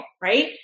right